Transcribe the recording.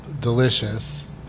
delicious